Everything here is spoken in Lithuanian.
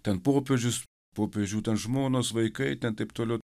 ten popiežius popiežių ten žmonos vaikai ten taip toliau